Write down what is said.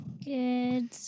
Good